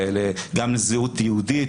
גם לזהות יהודית,